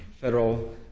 federal